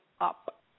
up